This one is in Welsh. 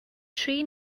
tri